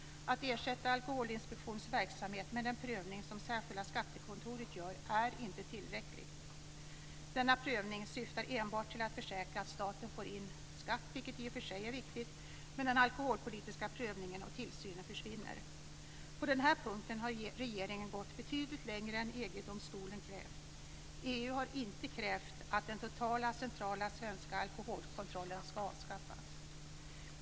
Att ersätta Alkoholinspektionens verksamhet med den prövning som särskilda skattekontoret gör är inte tillräckligt. Denna prövning syftar enbart till att försäkra att staten får in skatt, vilket i och för sig är viktigt, men den alkoholpolitiska prövningen och tillsynen försvinner. På den här punkten har regeringen gått betydligt längre än EG-domstolen krävt. EU har inte krävt att den totala centrala svenska alkoholkontrollen ska avskaffas.